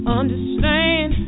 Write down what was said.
understand